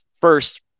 first